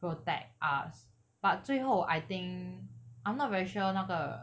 protect us but 最后 I think I'm not very sure 那个